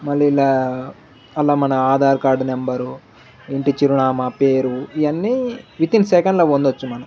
మళ్ళీ ఇలా అలా మన ఆధార్ కార్డు నెంబరు ఇంటి చిరునామా పేరు ఇవన్నీ వితిన్ సెకనులో పొందవచ్చు మనం